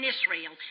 Israel